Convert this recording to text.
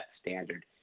standard